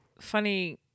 funny